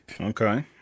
Okay